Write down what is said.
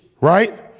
right